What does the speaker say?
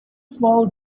small